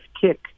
Kick